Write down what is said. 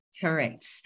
Correct